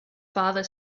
father